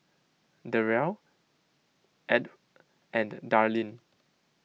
Derrell Edw and Darleen